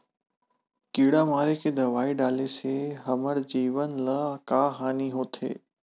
किड़ा मारे के दवाई डाले से हमर जमीन ल का हानि होथे?